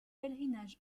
pèlerinage